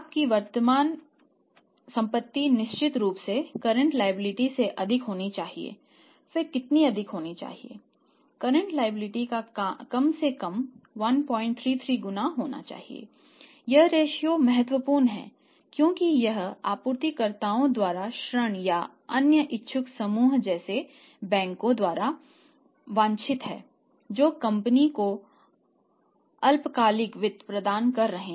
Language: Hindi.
आपकी वर्तमान संपत्ति निश्चित रूप से कर्रेंट लायबिलिटी महत्वपूर्ण है क्योंकि यह आपूर्तिकर्ताओं द्वारा ऋण या अन्य इच्छुक समूह जैसे बैंकों द्वारा वांछित है जो कंपनी को अल्पकालिक वित्त प्रदान कर रहे हैं